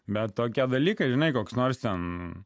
bet tokie dalykai žinai koks nors ten